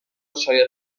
شاید